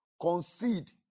concede